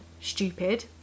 stupid